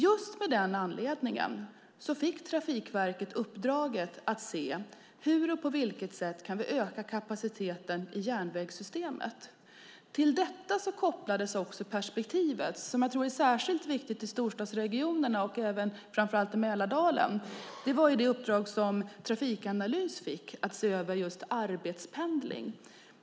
Just av den anledningen fick Trafikverket uppdraget att se på hur och på vilket sätt vi kan öka kapaciteten i järnvägssystemet. Till detta kopplades också ett perspektiv som jag tror är särskilt viktigt i storstadsregionerna och framför allt i Mälardalen. Trafikanalys fick uppdraget att se över just arbetspendling.